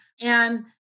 And-